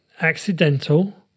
accidental